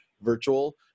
virtual